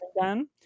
done